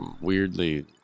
weirdly